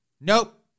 Nope